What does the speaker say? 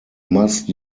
must